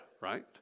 right